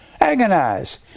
Agonize